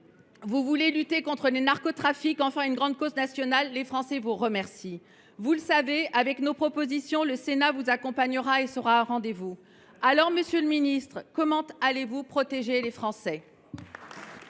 Vous voulez lutter contre les narcotrafics, en faire une grande cause nationale : les Français vous remercient encore. Vous le savez, fort de ses propositions, le Sénat vous accompagnera et sera au rendez vous. Monsieur le ministre, comment allez vous protéger les Français ?